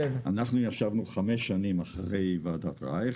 ישבנו חמש שנים אחרי ועדת רייך,